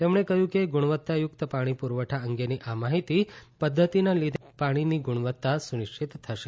તેમણે કહ્યું કે ગુણવત્તાયુક્ત પાણી પુરવઠા અંગેની આ માહિતી પદ્ધતિના લીધે પાણીની ગુણવત્તા સુનિશ્ચિત થશે